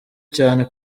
cyane